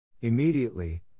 Immediately